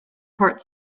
part